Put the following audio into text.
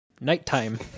Nighttime